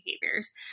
behaviors